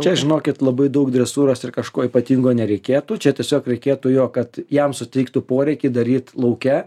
čia žinokit labai daug dresūros ir kažko ypatingo nereikėtų čia tiesiog reikėtų jo kad jam suteiktų poreikį daryt lauke